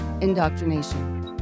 indoctrination